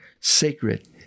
sacred